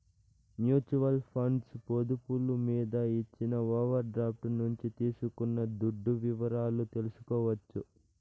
mutual funds పొదుపులు మీద ఇచ్చిన ఓవర్ డ్రాఫ్టు నుంచి తీసుకున్న దుడ్డు వివరాలు తెల్సుకోవచ్చు